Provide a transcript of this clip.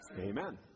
amen